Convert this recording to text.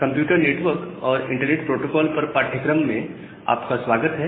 computer network और internet protocol पर पाठ्यक्रम में आपका स्वागत है